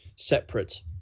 separate